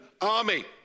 army